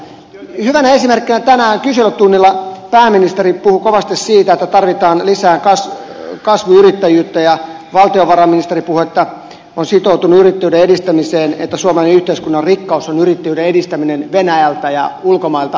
hyvänä esimerkkinä tänään kyselytunnilla pääministeri puhui kovasti siitä että tarvitaan lisää kasvuyrittäjyyttä ja valtiovarainministeri puhui että on sitoutunut yrittäjyyden edistämiseen että suomen yhteiskunnan rikkaus on yrittäjyyden edistäminen venäjältä ja ulkomailta